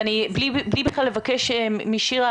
בלי לבקש משירה,